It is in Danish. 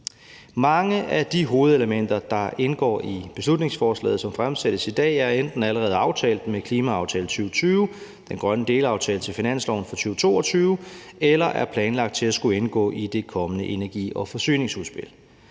Mange af de hovedelementer, der indgår i beslutningsforslaget, som vi behandler i dag, er enten allerede aftalt med klimaaftalen 2020, den grønne delaftale til finansloven for 2022 eller er planlagt til at skulle indgå i det kommende energi- og forsyningsudspil.